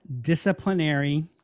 disciplinary